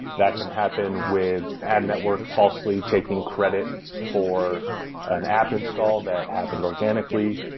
that can happen with ad network falsely taking credit for an app install that happened organically,